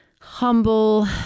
humble